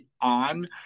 on